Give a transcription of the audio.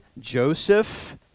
Joseph